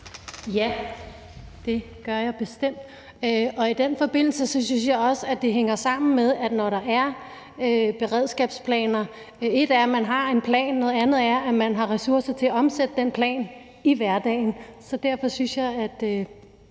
Ja, det gør jeg bestemt. I den forbindelse synes jeg også, det hænger sammen med, at når det handler om beredskabsplaner, er ét, at man har en plan. Noget andet er, at man har ressourcer til at omsætte den plan i hverdagen. Derfor synes jeg, at